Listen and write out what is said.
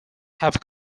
have